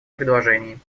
предложении